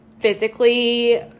physically